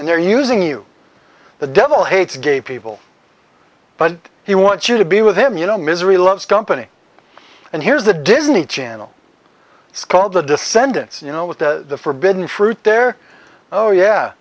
and they're using you the devil hates gay people but he wants you to be with him you know misery loves company and here's the disney channel it's called the descendants you know with the forbidden fruit there oh yeah